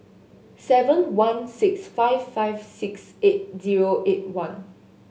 seven one six five five six eight zero eight one